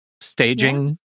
staging